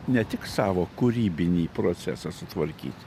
ne tik savo kūrybinį procesą sutvarkyt